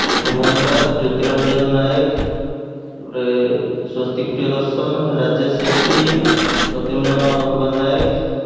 ସୁମନ ଦାସ ଜ୍ୟୋତିରଞ୍ଜନ ନାଏକ ତା'ପରେ ସ୍ୱସ୍ତିକ ପ୍ରିୟଦର୍ଶନ ରାଜେଶ ସେଠୀ ପ୍ରଦମ୍ନ କୁମାର ନଏକ